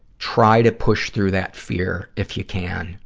try to push through that fear, if you can.